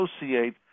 associate